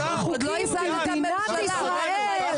חוקים במדינת ישראל,